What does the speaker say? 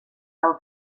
del